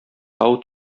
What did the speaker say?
тау